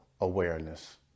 awareness